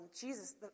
Jesus